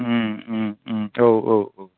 औ औ औ